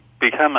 become